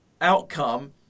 outcome